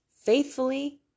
faithfully